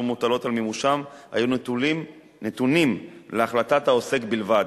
מוטלות על מימושם היו נתונים להחלטת העוסק בלבד.